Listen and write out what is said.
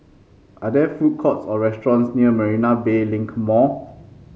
are there food courts or restaurants near Marina Bay Link Mall